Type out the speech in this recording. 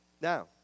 Now